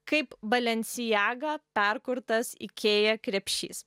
kaip balenciaga perkurtas ikėja krepšys